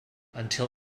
until